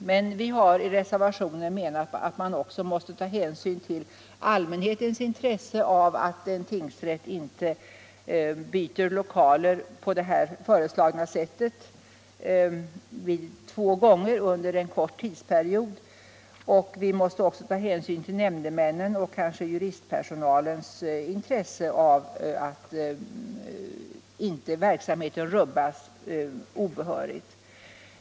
Men vi menar i reservationen att man också måste ta hänsyn till allmänhetens intresse av att en tingsrätt inte på det föreslagna sättet byter lokaler två gånger på en kort tidsperiod. Vi måste också ta hänsyn till nämndemännens och juristpersonalens intresse av att verksamheten inte rubbas obehörigt.